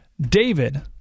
David